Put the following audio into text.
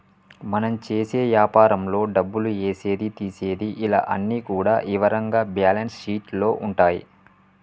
మనం చేసే యాపారంలో డబ్బులు ఏసేది తీసేది ఇలా అన్ని కూడా ఇవరంగా బ్యేలన్స్ షీట్ లో ఉంటాయి